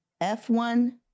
F1